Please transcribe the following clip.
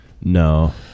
No